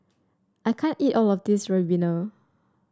I can't eat all of this ribena